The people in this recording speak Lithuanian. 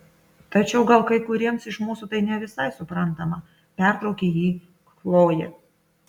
tačiau gal kai kuriems iš mūsų tai ne visai suprantama pertraukė jį chlojė